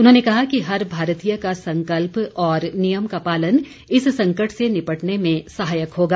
उन्होंने कहा कि हर भारतीय का संकल्प और नियम का पालन इस संकट से निपटने में सहायक होगा